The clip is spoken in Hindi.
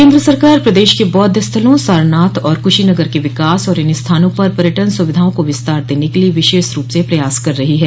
केन्द्र सरकार प्रदेश के बौद्ध स्थलों सारनाथ और कुशीनगर के विकास और इन स्थानों पर पर्यटन सुविधाओं को विस्तार देने के लिये विशेष रूप से प्रयास कर रही है